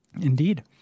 Indeed